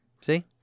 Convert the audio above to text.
See